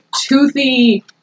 toothy